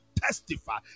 testify